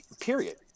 Period